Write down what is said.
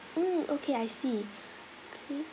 mm okay I see okay